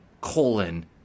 colon